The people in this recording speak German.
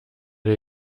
der